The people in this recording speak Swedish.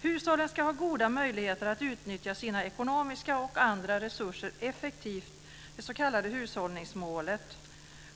· Hushållen ska ha goda möjligheter att utnyttja sina ekonomiska och andra resurser effektivt, det s.k. hushållningsmålet.